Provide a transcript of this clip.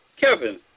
Kevin